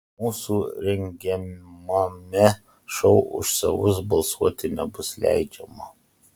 mūsų rengiamame šou už savus balsuoti nebus leidžiama